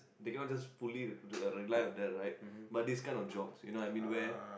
they cannot just fully re~ uh rely on that right but this kind of jobs you know I mean where